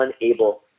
unable